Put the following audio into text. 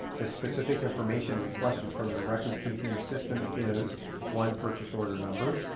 the specific information requested from your record keeping system is one, purchase order number.